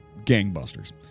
gangbusters